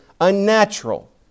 unnatural